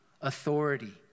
Authority